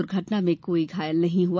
दुर्घटना में कोई घायल नहीं हुआ